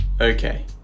Okay